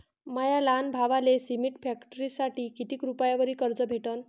माया लहान भावाले सिमेंट फॅक्टरीसाठी कितीक रुपयावरी कर्ज भेटनं?